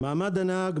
מעמד הנהג,